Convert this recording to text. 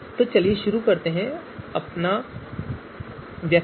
तो चलिए शुरू करते हैं अपना व्यायाम